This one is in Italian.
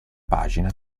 pagina